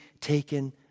taken